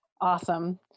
awesome